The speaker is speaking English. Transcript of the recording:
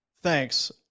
Thanks